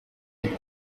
les